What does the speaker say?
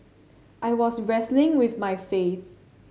I was wrestling with my faith